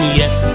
yes